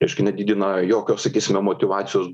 reiškia nedidina jokio sakysime motyvacijos